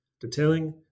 detailing